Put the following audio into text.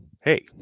hey